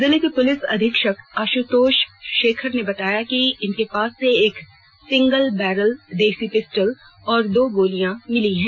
जिले के पुलिस अधीक्षक आशुतोष शेखर ने बताया कि इसके पास से एक सिंगल बैरल देशी पिस्टल और दो गोलियां मिली हैं